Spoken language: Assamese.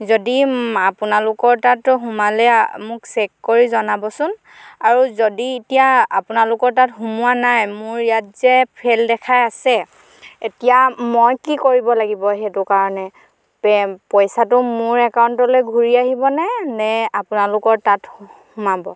যদি আপোনালোকৰ তাত সোমালে মোক চেক কৰি জনাবচোন আৰু যদি এতিয়া আপোনালোকৰ তাত সোমোৱা নাই মোৰ ইয়াত যে ফেইল দেখাই আছে এতিয়া মই কি কৰিব লাগিব সেইটো কাৰণে পে পইচাটো মোৰ একাউণ্টলৈ ঘূৰি আহিবনে নে আপোনালোকৰ তাত সোমাব